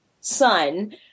son